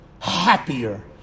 happier